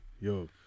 Yo